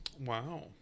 wow